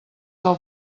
del